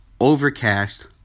Overcast